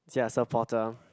supporter